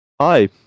Hi